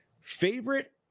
favorite